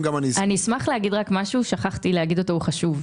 אני אשמח לומר משהו ששכחתי להגיד אותו והוא חשוב.